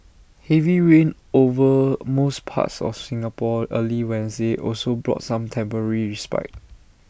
heavy rain over most parts of Singapore early Wednesday also brought some temporary respite